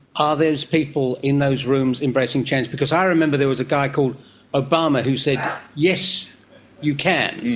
ah those people in those rooms embracing change? because i remember there was a guy called obama who said yes you can,